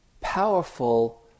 powerful